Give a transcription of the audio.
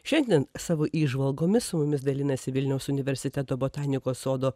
šiandien savo įžvalgomis su jumis dalinasi vilniaus universiteto botanikos sodo